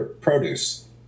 produce